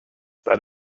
that